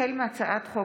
החל בהצעת חוק